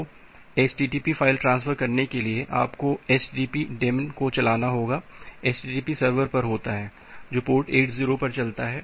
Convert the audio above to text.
तो http file transfer के लिए आपको http डेमन को चलाना होगा जो http सर्वर पर होता है जो पोर्ट 80 पर चलता है